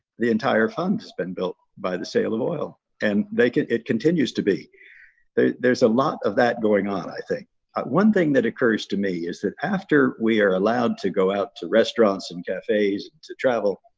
the entire fund has been built by the sale of oil and they can it continues to be there's a lot of that going on. i think ah one thing that occurs to me is that after we are allowed to go out to restaurants and cafes to travel